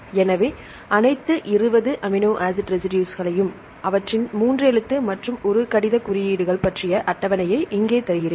எனவே அனைத்து 20 amino acid ரெசிடுஸ்களையும் அவற்றின் 3 எழுத்து மற்றும் ஒரு கடிதக் குறியீடுகள் பற்றிய அட்டவணையை இங்கே தருகிறேன்